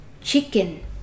chicken